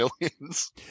millions